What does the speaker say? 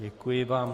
Děkuji vám.